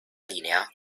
linea